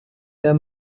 der